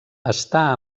està